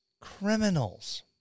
criminals